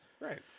Right